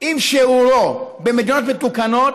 עם שיעורו במדינות מתוקנות,